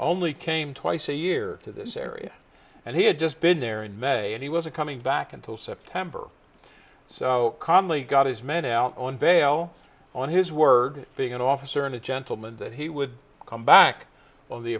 only came twice a year to this area and he had just been there in may and he wasn't coming back until september so calmly got his men out on bail on his word being an officer and a gentleman that he would come back on the